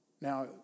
now